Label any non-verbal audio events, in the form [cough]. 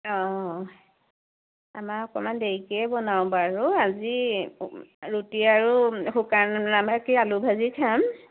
অ আমাৰ অকমান দেৰিকেই বনাওঁ বাৰু আজি [unintelligible] ৰুটি আৰু শুকান নাভাকি আলু ভাজি খাম